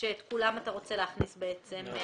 שאת כולם אתה רוצה להכניס לכאן.